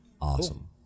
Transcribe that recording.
Awesome